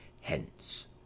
hence